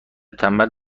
تنبل